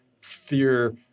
fear